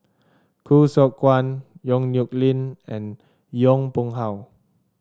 Khoo Seok Wan Yong Nyuk Lin and Yong Pung How